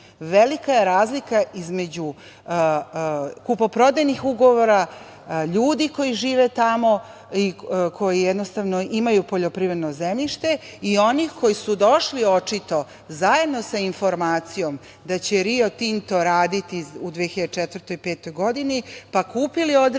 Velika je razlika između kupoprodajnih ugovora, ljudi koji žive tamo i koji imaju poljoprivredno zemljište i onih koji su došli očito zajedno sa informacijom da će „Rio Tinto“ raditi u 2004, 2005. godini, pa kupili određenu